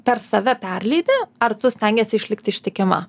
per save perleidi ar tu stengiesi išlikti ištikima